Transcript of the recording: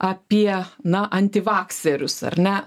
apie na antivakserius ar ne